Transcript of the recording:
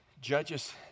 Judges